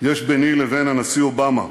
יש ביני לבין הנשיא אובמה